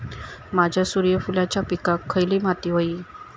माझ्या सूर्यफुलाच्या पिकाक खयली माती व्हयी?